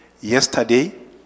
yesterday